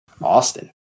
Austin